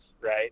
right